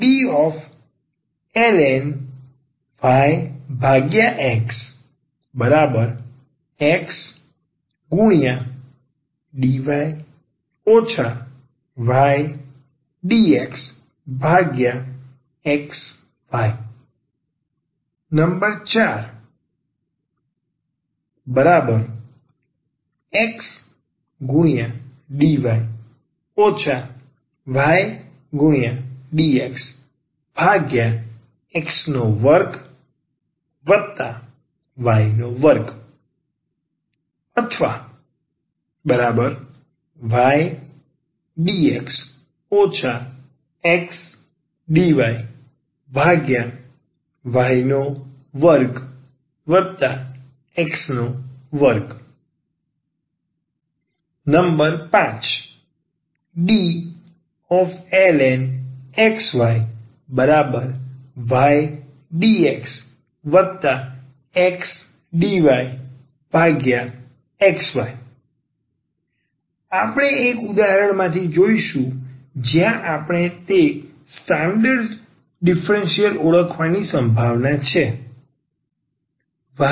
iii dln yx xdy ydxxy ordln xy ydx xdyxy iv xdy ydxx2y2 orydx xdyy2x2 v d ydxxdyxy આપણે એક ઉદાહરણ માંથી જોઈશું જ્યાં આપણે તે સ્ટાન્ડર્ડ ડીફરન્સીયલ ઓળખવાની સંભાવના છે